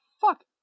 fuck